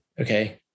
Okay